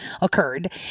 occurred